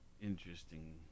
interesting